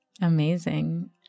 Amazing